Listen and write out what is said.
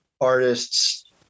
artists